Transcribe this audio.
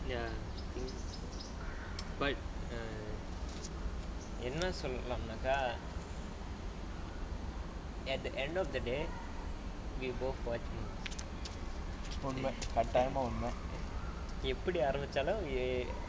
ya I think but err என்ன சொல்லனம்கா:enna sollanamkkaa at the end of the day we both watch movies only எப்படி ஆரம்பிச்சாலும்:eppadi aarambichaalum